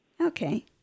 Okay